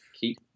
keep